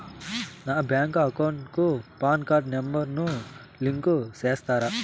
నా bank account కు PAN card number ను లింకు సేస్తారా?